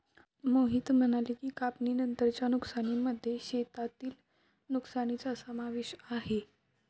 मोहित म्हणाले की, कापणीनंतरच्या नुकसानीमध्ये शेतातील नुकसानीचा समावेश आहे